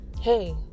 hey